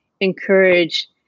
encourage